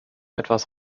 etwas